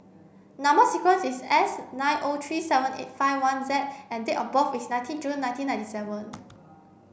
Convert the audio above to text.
number sequence is S nine O three seven eight five one Z and date of birth is nineteen June nineteen ninety seven